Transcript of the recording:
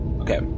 Okay